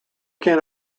can